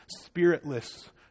spiritless